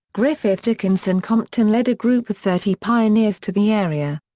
griffith dickenson compton led a group of thirty pioneers to the area.